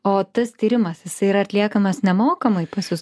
o tas tyrimas jisai yra atliekamas nemokamai pas jus